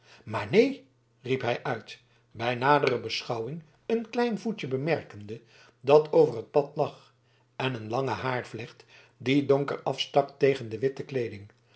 maar neen riep hij uit bij nadere beschouwing een klein voetje bemerkende dat over het pad lag en een lange haarvlecht die donker afstak tegen de witte kleeding